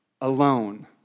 alone